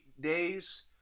days